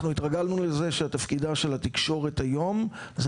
אנחנו התרגלנו לזה שתפקידה של התקשורת היום זה